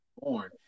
born